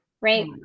Right